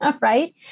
right